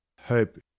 hope